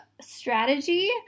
strategy